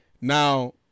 now